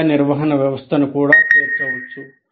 విద్యా నిర్వహణ వ్యవస్థను కూడా చేర్చవచ్చు